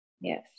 Yes